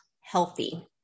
Healthy